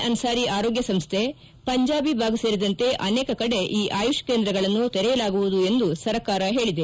ಅನ್ಪಾರಿ ಆರೋಗ್ಯ ಸಂಸ್ದೆ ಪಂಜಾಬಿ ಬಾಗ್ ಸೇರಿದಂತೆ ಅನೇಕ ಕಡೆ ಈ ಆಯುಷ್ ಕೇಂದ್ರಗಳನ್ನು ತೆರೆಯಲಾಗುವುದು ಎಂದು ಸರ್ಕಾರ ಹೇಳಿದೆ